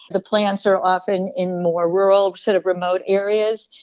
the plants are often in more rural, sort of remote areas.